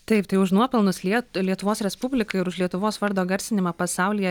taip tai už nuopelnus liet lietuvos respublikai ir už lietuvos vardo garsinimą pasaulyje